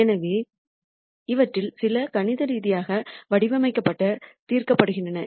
எனவே இவற்றில் சில கணித ரீதியாக வடிவமைக்கப்பட்டு தீர்க்கப்படுகின்றன